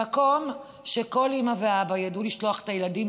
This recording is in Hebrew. למקום שכל אימא ואבא ידעו לשלוח את הילדים